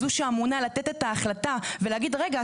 זו שאמונה לתת את ההחלטה ולהגיד 'רגע,